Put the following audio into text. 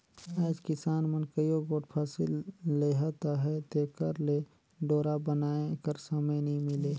आएज किसान मन कइयो गोट फसिल लेहत अहे तेकर ले डोरा बनाए कर समे नी मिले